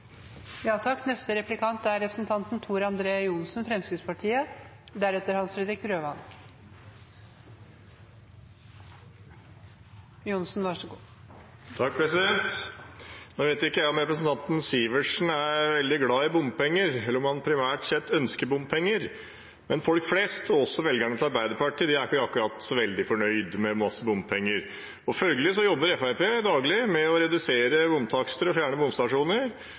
Nå vet ikke jeg om representanten Sivertsen er veldig glad i bompenger, eller om han primært sett ønsker bompenger. Men folk flest – også velgerne til Arbeiderpartiet – er ikke så veldig fornøyd med masse bompenger. Følgelig jobber Fremskrittspartiet daglig med å redusere bomtakster og å fjerne bomstasjoner,